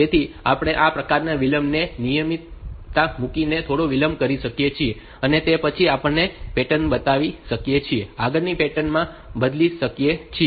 તેથી આપણે આ પ્રકારની વિલંબની નિયમિતતા મૂકીને થોડો વિલંબ કરી શકીએ છીએ અને તે પછી આપણે પેટર્ન બદલી શકીએ છીએ તેને આગળની પેટર્ન માં બદલી શકીએ છીએ